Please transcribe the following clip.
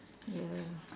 ya